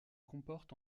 comporte